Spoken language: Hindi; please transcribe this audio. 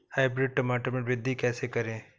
हाइब्रिड टमाटर में वृद्धि कैसे करें?